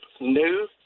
new